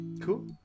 Cool